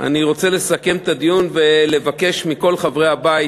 אני רוצה לסכם את הדיון ולבקש מכל חברי הבית